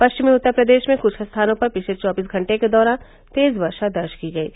पश्चिमी उत्तर प्रदेश में कुछ स्थानों पर पिछले चौबीस घंटे के दौरान तेज वर्षा दर्ज की गयी